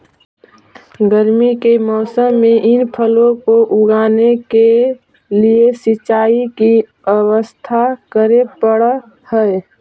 गर्मी के मौसम में इन फलों को उगाने के लिए सिंचाई की व्यवस्था करे पड़अ हई